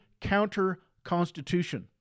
counter-constitution